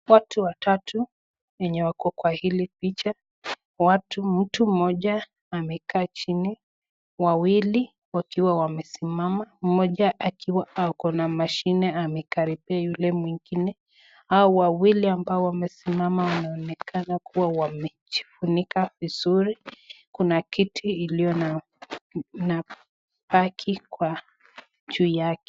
Watu watatu wenye wako kwa hili pich, myu mmoja amekaa chini, wawili wakiwa wamesimama mmoja akiwa ako na mashine amekaribia yule mwingine. Hawa waili ambao wamesimama wanaonekana kuwa wamejifunika vizuri. Kuna kiti iliyo na begi kwa juu yake.